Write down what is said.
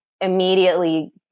Immediately